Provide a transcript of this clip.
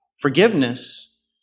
forgiveness